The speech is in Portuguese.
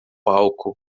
palco